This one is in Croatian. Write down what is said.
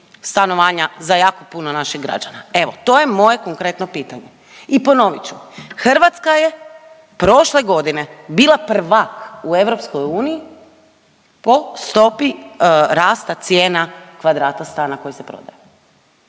stanovanja za jako puno naših građana. Evo to je moje konkretno pitanje. I ponovit ću Hrvatska je prošle godine bila prvak u EU po stopi rasta cijena kvadrata stana koji se prodaje,